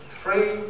three